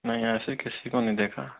नहीं ऐसे किसी को नहीं देखा